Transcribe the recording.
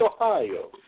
Ohio